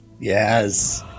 Yes